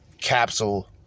Capsule